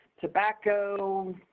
tobacco